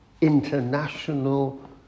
international